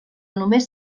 només